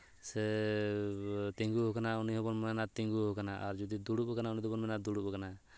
ᱥᱮ ᱛᱤᱸᱜᱩ ᱟᱠᱟᱱᱟ ᱩᱱᱤ ᱦᱚᱵᱚᱱ ᱢᱮᱱᱟ ᱛᱤᱸᱜᱩ ᱟᱠᱟᱱᱟ ᱟᱨ ᱡᱩᱫᱤ ᱫᱩᱲᱩᱵ ᱠᱟᱱᱟ ᱩᱱᱤ ᱫᱚᱵᱚᱱ ᱢᱮᱱᱟ ᱫᱩᱲᱩᱵ ᱟᱠᱟᱱᱟᱭ